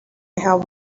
have